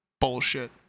bullshit